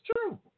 true